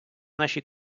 нашій